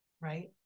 right